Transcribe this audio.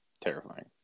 Terrifying